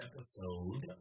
Episode